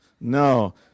No